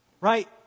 right